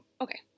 okay